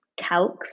calcs